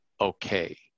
okay